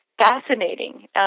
Fascinating